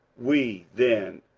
we then,